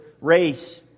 race